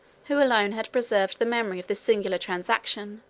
who alone has preserved the memory of this singular transaction,